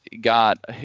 got